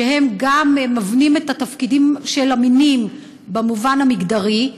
שגם הם מבנים את התפקידים של המינים במובן המגדרי?